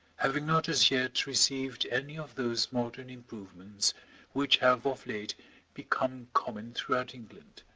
having not as yet received any of those modern improvements which have of late become common throughout england